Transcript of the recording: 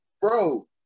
bro